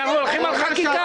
אנחנו הולכים על חקיקה.